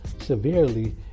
Severely